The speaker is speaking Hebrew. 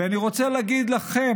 ואני רוצה להגיד לכם,